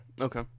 Okay